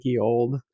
old